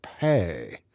Pay